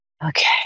Okay